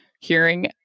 hearing